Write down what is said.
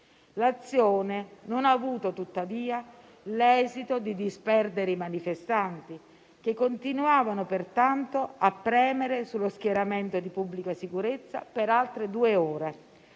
L'azione non ha avuto, tuttavia, l'esito di disperdere i manifestanti, che continuavano pertanto a premere sullo schieramento di pubblica sicurezza per altre due ore,